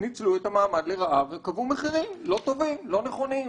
בכך שקבעו מחירים לא טובים, לא נכונים,